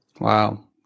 Wow